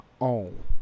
own